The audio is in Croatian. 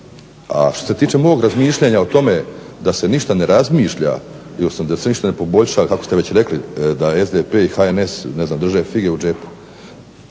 A što se tiče mog razmišljanja o tome da se ništa ne razmišlja ili da se ništa ne poboljšava kako ste već rekli da SDP i HNS ne znam drže fige u džepu.